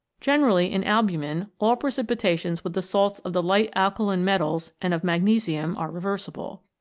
generally in albumin all precipitations with the salts of the light alkaline metals and of magnesium are reversible.